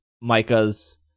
Micah's